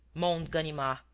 moaned ganimard,